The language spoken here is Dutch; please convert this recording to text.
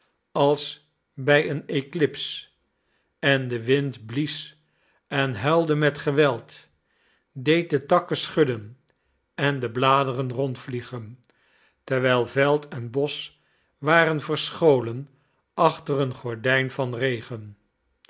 als bij een eclips en de wind blies en huilde met geweld deed de takken schudden en de bladeren rondvliegen terwijl veld en bosch waren verscholen achter een gordijn van regen